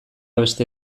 beste